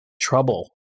trouble